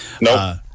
No